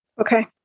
Okay